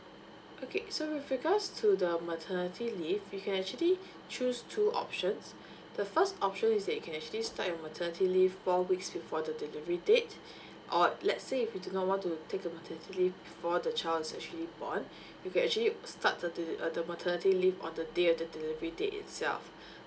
okay so with regards to the maternity leave you can actually choose two options the first option is that you can actually start your maternity leave four weeks before the delivery date or let's say if you do not want to take the maternity leave before the child is actually born you can actually start the deli~ uh the maternity leave on the day of the delivery date itself